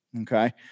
okay